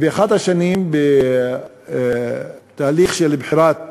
באחת השנים, בתהליך של בחירת